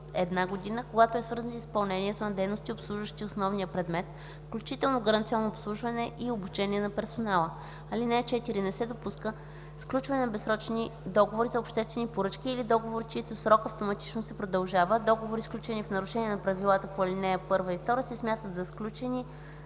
(4) Не се допуска сключване на безсрочни договори за обществени поръчки или договори, чийто срок автоматично се продължава. Договори, сключени в нарушение на правилата на ал. 1 и 2 се смятат за сключени